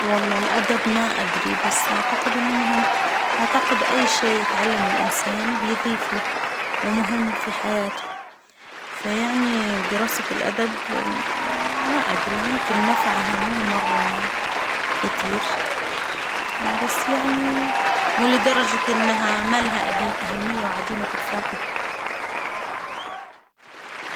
والله الأدب ما أدري بس أعتقد إنه مهم، وأعتقد أي شيء يتعلمه الإنسان بيضيف له، ومهم في حياته، فيعني دراسة الأدب ما أدري يمكن نفعها مو مرة، كتير بس يعني مو لدرجة إنها ما لها أد أهمية وعديمة الفائدة.